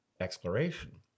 exploration